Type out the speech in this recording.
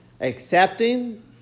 accepting